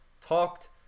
talked